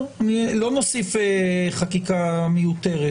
לא נוסיף חקיקה מיותרת,